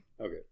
Okay